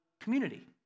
community